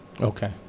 Okay